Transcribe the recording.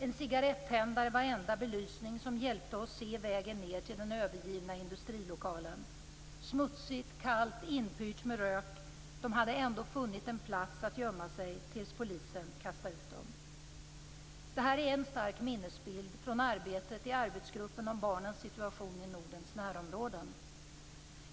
En cigarettändare var den enda belysning som hjälpte oss se vägen ned till den övergivna industrilokalen. Det var smutsigt, kallt och inpyrt med rök, men de hade ändå funnit en plats att gömma sig på tills polisen kastade ut dem. Det här är en stark minnesbild från arbetet i arbetsgruppen för barnens situation i Nordens närområden.